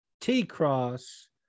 T-Cross